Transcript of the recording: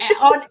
on